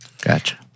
Gotcha